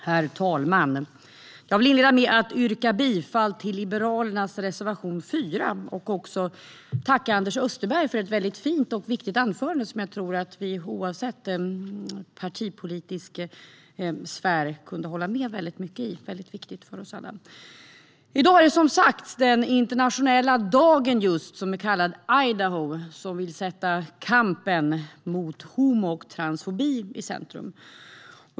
Herr talman! Jag vill inleda med att yrka bifall till Liberalernas reservation 4. Jag vill också tacka Anders Österberg för ett fint och viktigt anförande, där jag tror att vi kunde hålla med om mycket, oavsett partipolitisk sfär. Det är viktigt för oss alla. I dag är det som sagt den internationella dag som kallas Idaho, som vill sätta kampen mot homo och transfobi i centrum.